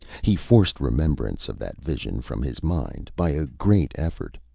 he forced remembrance of that vision from his mind, by a great effort.